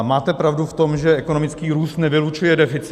Máte pravdu v tom, že ekonomický růst nevylučuje deficit.